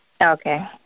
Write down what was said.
Okay